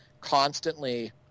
constantly